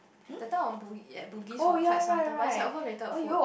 that time on at Bugis for quite some time but is like overrated food